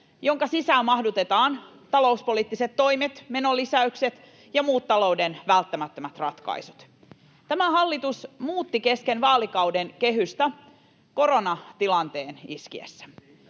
jonka sisään mahdutetaan talouspoliittiset toimet, menolisäykset ja muut talouden välttämättömät ratkaisut. Tämä hallitus muutti kesken vaalikauden kehystä koronatilanteen iskiessä.